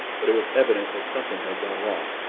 but it was evident that something had gone wrong,